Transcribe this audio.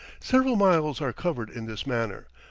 several miles are covered in this manner,